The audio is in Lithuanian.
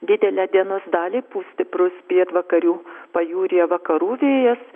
didelę dienos dalį pūs stiprus pietvakarių pajūryje vakarų vėjas